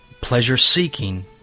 PLEASURE-SEEKING